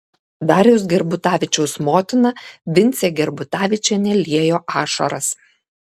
dariaus gerbutavičiaus motina vincė gerbutavičienė liejo ašaras